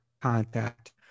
contact